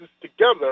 together